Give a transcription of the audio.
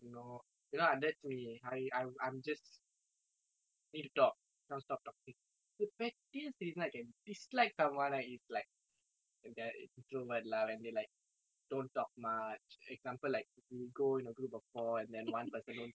I need to talk I can't stop talking the pettiest reason I can dislike someone right is like when they are introvert lah when they don't talk much example like we go in a group of four then one person won't talk and then they like um just keep to themselves